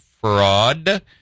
fraud